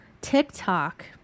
TikTok